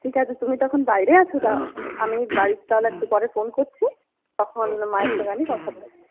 ঠিক আছে তুমি তো এখন বাইরে আছো তা আমি বাড়িতে তাহলে একটু পরে ফোন করছি তখন মায়ের সঙ্গে আমি কথা বলে নেব